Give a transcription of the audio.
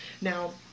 now